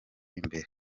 imbere